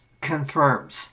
confirms